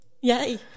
Yay